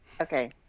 okay